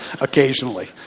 occasionally